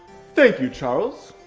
thank you charles.